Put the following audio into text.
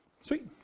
Sweet